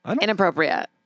Inappropriate